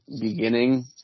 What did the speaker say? beginning